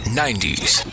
90s